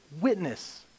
witness